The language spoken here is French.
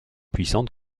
puissantes